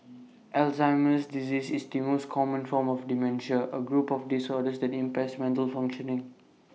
Alzheimer's disease is the most common form of dementia A group of disorders that impairs mental functioning